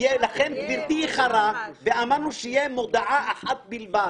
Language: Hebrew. גברתי איחרה אמרנו שתהיה מודעה אחת בלבד